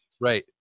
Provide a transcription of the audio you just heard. Right